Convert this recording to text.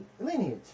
lineage